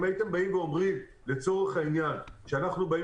אם הייתם באים ואומרים לצורך העניין שאנחנו באים